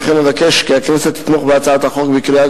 ולכן אבקש כי הכנסת תתמוך בהצעת החוק בקריאה